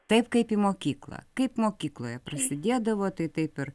taip kaip į mokyklą kaip mokykloje prasidėdavo tai taip ir